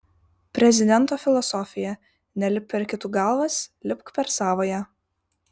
prezidento filosofija nelipk per kitų galvas lipk per savąją